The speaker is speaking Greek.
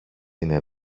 είναι